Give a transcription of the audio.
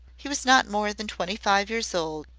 he was not more than twenty-five years old,